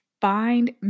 find